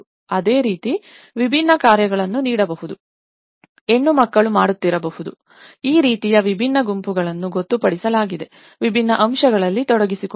ಅದೇ ರೀತಿ ವಿಭಿನ್ನ ಕಾರ್ಯಗಳನ್ನು ನೀಡಬಹುದು ಹೆಣ್ಣು ಮಕ್ಕಳು ಮಾಡುತ್ತಿರಬಹುದು ಆದ್ದರಿಂದ ಆ ರೀತಿಯಲ್ಲಿ ವಿವಿಧ ಗುಂಪುಗಳನ್ನು ಗೊತ್ತುಪಡಿಸಲಾಗಿದೆ ವಿಭಿನ್ನ ಅಂಶಗಳಲ್ಲಿ ತೊಡಗಿಸಿಕೊಂಡಿದೆ